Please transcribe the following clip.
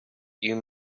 you